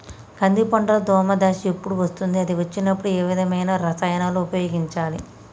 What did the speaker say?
కంది పంటలో దోమ దశ ఎప్పుడు వస్తుంది అది వచ్చినప్పుడు ఏ విధమైన రసాయనాలు ఉపయోగించాలి?